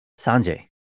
sanjay